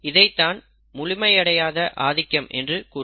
இதைத்தான் முழுமையடையாத ஆதிக்கம் என்று கூறுவர்